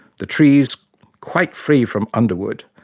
the trees quite free from underwood,